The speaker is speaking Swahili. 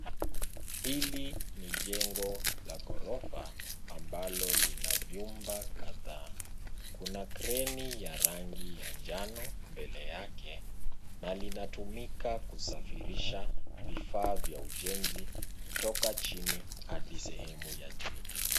Hili ni jengo la ghorofa ambalo lina vyumba kadhaa. Kuna kreni ya rangi ya njano mbele yake na linatumika kusafirisha vifaa vya ujenzi kutoka chini hadi sehemu ya juu.